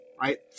right